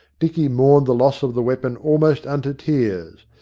dicky mourned the loss of the weapon almost unto tears,